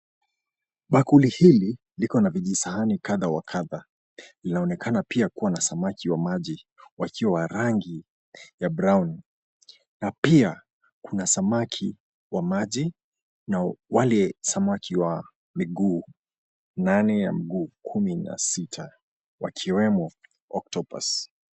Bakuli hili liko na vijisahani kadha wa kadha. Linaonekana pia kuwa na samaki wa maji wakiwa wa rangi ya brown na pia kuna samaki wa maji na wale samaki wa miguu nane ya mguu kumi na sita wakiwemo octopus .